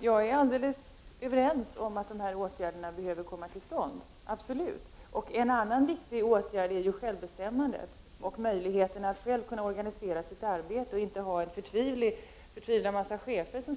Herr talman! Jag är överens med Bengt Lindqvist om att de här åtgärderna behöver komma till stånd — absolut! En annan viktig åtgärd är självbestämmandet, möjligheten att själv organisera sitt arbete och inte ovanför sig ha en förtvivlad massa chefer som